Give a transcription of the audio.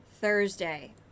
Thursday